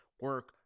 Work